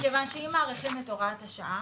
מכיוון שאם מאריכים את הוראת השעה,